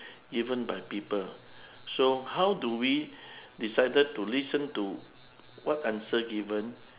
even by people so how do we decided to listen to what answer given